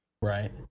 Right